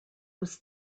was